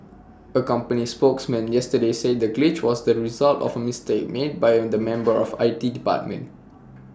A company spokesman yesterday said the glitch was the result of A mistake made by A the member of I T department